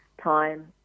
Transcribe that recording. time